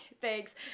Thanks